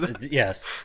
Yes